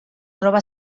troba